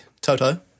Toto